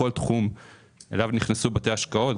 בכל תחום אליו נכנסו בתי השקעות,